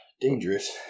dangerous